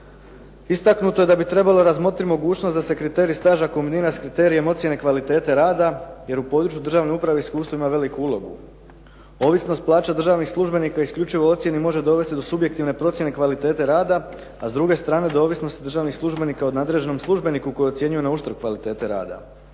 istaknuto je da bi trebalo razmotriti mogućnost da se kriterij staža kombinira s kriterijem ocjene kvalitete rada jer u području državne uprave iskustvo ima veliku ulogu. Ovisnost plaća državnih službenika isključivo ocjeni može dovesti do subjektivne procjene kvalitete rada, a s druge strane da ovisnost državnih službenika o nadređenom službeniku koji ocjenjuje na uštrb kvalitete rada.